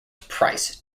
price